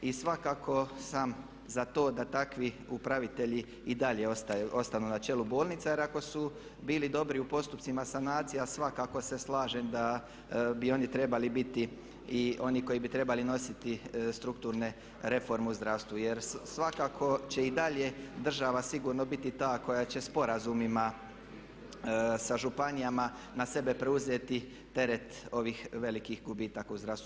I svakako sam za to da takvi upravitelji i dalje ostanu na čelu bolnica jer ako su bili dobri u postupcima sanacije, a svakako se slažem da bi oni trebali biti i oni koji bi trebali nositi strukturne reforme u zdravstvu, jer svakako će i dalje država sigurno biti ta koja će sporazumima sa županijama na sebe preuzeti teret ovih velikih gubitaka u zdravstvu.